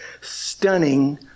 stunning